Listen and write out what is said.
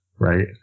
Right